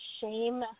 shame